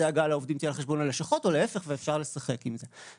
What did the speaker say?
הדאגה לעובדים תהיה על חשבון הלשכות או להפך ואפשר לשחק עם זה.